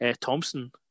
Thompson